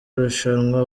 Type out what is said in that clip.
irushanwa